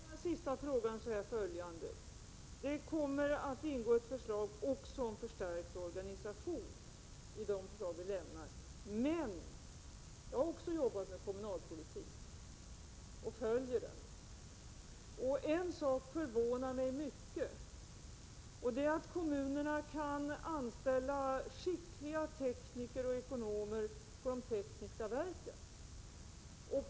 Herr talman! När det gäller den sista frågan vill jag säga följande. I våra krav kommer det också att ingå ett förslag om en förstärkning av organisationen. Också jag har arbetat med kommunalpolitik — jag följer den även nu —, och en sak förvånar mig mycket. Det är att kommunerna kan anställa skickliga tekniker och ekonomer på de tekniska verken.